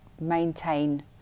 maintain